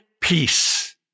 peace